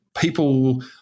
people